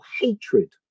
hatred